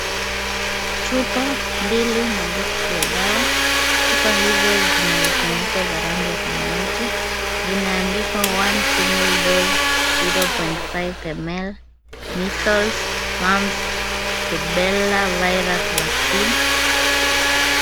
Chupa mbili na box ya dawa. Chupa hizo zina vifuniko za rangi ya samawati. Zimendikwa one single dose 0.5ml, measles, mumps, rubela virus vaccine .